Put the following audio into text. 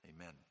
Amen